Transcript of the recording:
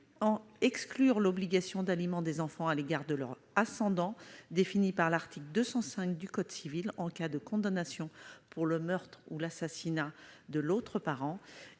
; exclure l'obligation d'aliment des enfants à l'égard de leurs ascendants, définie par l'article 205 du même code, en cas de condamnation pour le meurtre ou l'assassinat de l'autre parent ;